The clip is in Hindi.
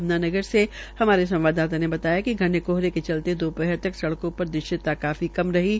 यमुनानगर से हमारे संवादाता ने बताया कि घने काहरे के चलते दोपहर तक सड़कों पर दृश्यता काफी कम रही है